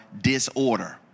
disorder